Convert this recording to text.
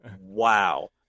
wow